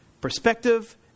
perspective